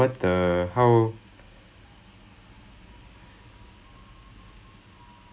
ya is damn it's damn annoying so it's all the differentiation integration அந்த கண்றாவி:antha kandraavi